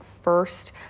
first